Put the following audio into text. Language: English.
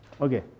okay